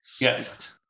Yes